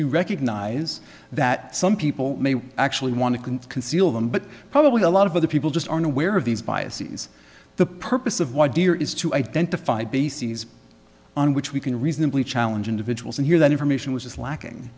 we recognize that some people may actually want to conceal them but probably a lot of other people just aren't aware of these biases the purpose of why dear is to identify bases on which we can reasonably challenge individuals and here that information which is lacking